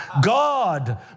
God